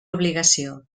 obligació